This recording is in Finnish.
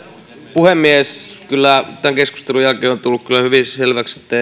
puhemies kyllä tämän keskustelun jälkeen on tullut hyvin selväksi että